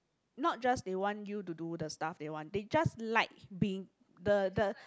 not just they want you to do the stuff they want they just like being the the